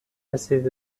رسید